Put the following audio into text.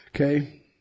Okay